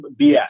BS